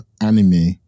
anime